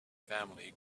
family